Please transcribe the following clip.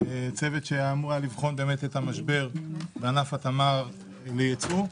צוות שאמור היה לבחון את המשבר בענף התמר לייצוא,